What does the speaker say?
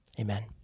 amen